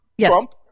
Trump